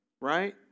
Right